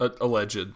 alleged